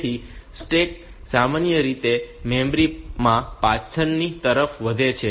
તેથી સ્ટેક સામાન્ય રીતે મેમરી માં પાછળની તરફ વધે છે